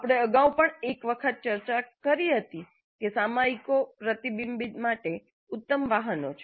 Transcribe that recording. આપણે અગાઉ પણ એક વખત અગાઉ ચર્ચા કરી હતી કે સામયિકો પ્રતિબિંબ માટે ઉત્તમ વાહનો છે